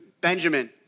Benjamin